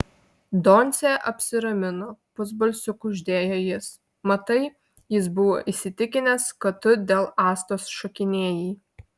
doncė apsiramino pusbalsiu kuždėjo jis matai jis buvo įsitikinęs kad tu dėl astos šokinėjai